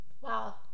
wow